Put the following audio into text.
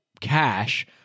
cash